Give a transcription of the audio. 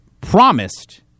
promised